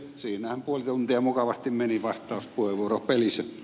siinähän puoli tuntia mukavasti meni vastauspuheenvuoropelissä